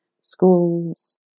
schools